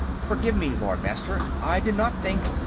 forgive me, lord-master. i did not think.